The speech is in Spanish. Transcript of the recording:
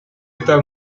está